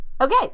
Okay